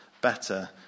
better